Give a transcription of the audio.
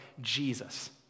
Jesus